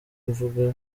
mvuga